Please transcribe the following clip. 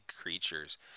creatures